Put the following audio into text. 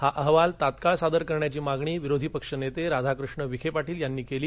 हा अहवाल तात्काळ सादर करण्याची मागणी विरोधी पक्ष नेते राधाकृष्ण विखे पाटील यांनी केली